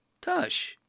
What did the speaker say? Tush